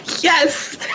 Yes